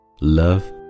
Love